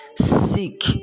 seek